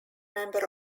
member